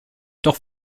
doch